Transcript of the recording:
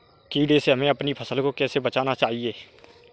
कीड़े से हमें अपनी फसल को कैसे बचाना चाहिए?